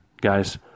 Guys